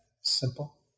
simple